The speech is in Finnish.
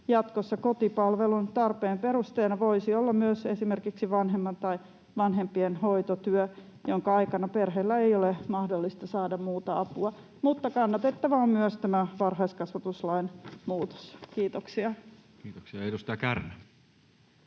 jatkossa kotipalvelun tarpeen perusteena voisi olla myös esimerkiksi vanhemman tai vanhempien hoitotyö, jonka aikana perheellä ei ole mahdollista saada muuta apua. Mutta kannatettava on myös tämä varhaiskasvatuslain muutos. — Kiitoksia. Kiitoksia. — Edustaja Kärnä.